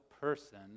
person